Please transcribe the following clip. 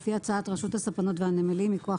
לפי הצעת רשות הספנות והנמלים מכוח